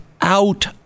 out